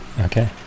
okay